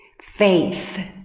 Faith